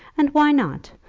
and why not?